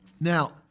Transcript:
Now